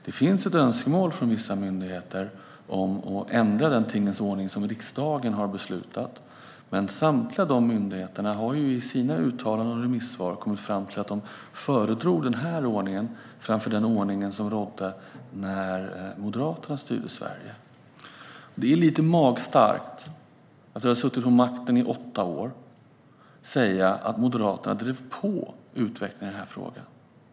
Det finns ett önskemål från vissa myndigheter om att ändra den tingens ordning som riksdagen har beslutat, men samtliga dessa myndigheter har i sina uttalanden och remissvar kommit fram till att de föredrar denna ordning framför den som rådde när Moderaterna styrde Sverige. Det är lite magstarkt att efter att ha suttit vid makten i åtta år säga att Moderaterna drev på utvecklingen i frågan.